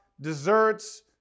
desserts